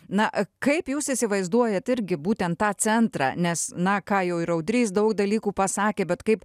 na kaip jūs įsivaizduojae irgi būtent tą centrą nes na ką jau ir audrys daug dalykų pasakė bet kaip